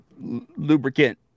lubricant